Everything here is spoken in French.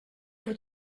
vous